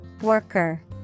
Worker